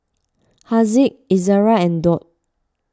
Haziq Izzara and Daud